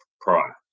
prior